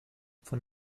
von